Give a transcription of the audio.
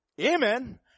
amen